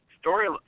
story